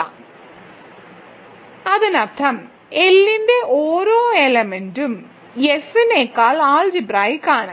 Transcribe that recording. F അതിനർത്ഥം L ന്റെ ഓരോ എലമെന്റും F ക്കാൾ അൾജിബ്രായിക്ക് ആണ്